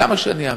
למה שאני אאמין?